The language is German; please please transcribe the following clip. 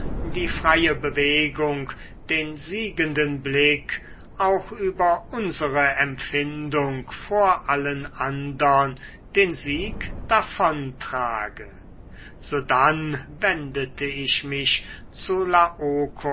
die freie bewegung den siegenden blick auch über unsere empfindung vor allen andern den sieg davon trage sodann wendete ich mich zu